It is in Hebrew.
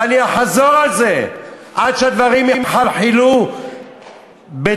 ואני אחזור על זה עד שהדברים יחלחלו בתוך